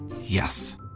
Yes